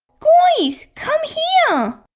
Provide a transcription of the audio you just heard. guys, come here!